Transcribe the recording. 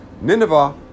Nineveh